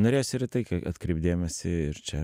norėjos ir į tai atkreipt dėmesį ir čia